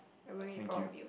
I very proud of you